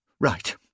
Right